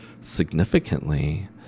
significantly